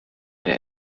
der